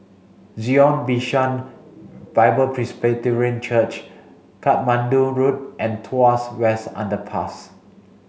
Zion Bishan Bible Presbyterian Church Katmandu Road and Tuas West Underpass